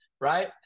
Right